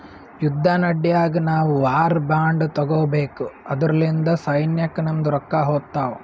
ಯುದ್ದ ನಡ್ಯಾಗ್ ನಾವು ವಾರ್ ಬಾಂಡ್ ತಗೋಬೇಕು ಅದುರ್ಲಿಂದ ಸೈನ್ಯಕ್ ನಮ್ದು ರೊಕ್ಕಾ ಹೋತ್ತಾವ್